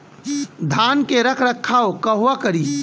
धान के रख रखाव कहवा करी?